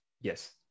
yes